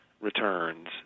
returns